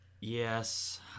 yes